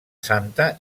santa